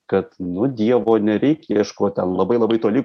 kad nu dievo nereik ieškot ten labai labai toli